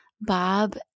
bob